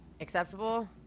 Acceptable